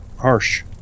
harsh